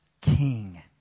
king